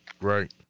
Right